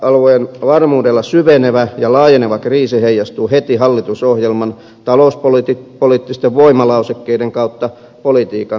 euroalueen varmuudella syvenevä ja laajeneva kriisi heijastuu heti hallitusohjelman talouspoliittisten voimalausekkeiden kautta politiikan sisältöön